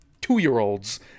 two-year-olds